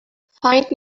find